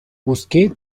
busqué